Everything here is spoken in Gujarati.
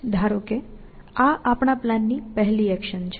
ધારો કે આ આપણા પ્લાનની પહેલી એક્શન છે